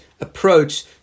approach